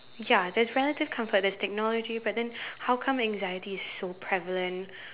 ya there's relative comfort there's technology but then how come anxiety is so prevalent